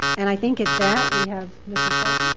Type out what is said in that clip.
and i think at that, we have ms. mccarthy?